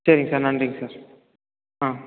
சரிங் சார் நன்றிங்க சார் ஆ